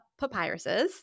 papyruses